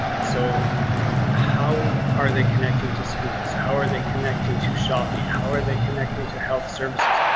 so how are they connecting to schools? how are they connecting to shopping? how are they connecting to health services?